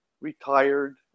retired